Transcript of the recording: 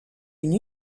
une